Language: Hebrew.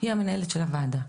היא המנהלת של הוועדה.